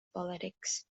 politics